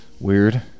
Weird